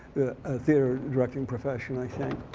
ah theater directing profession, i think.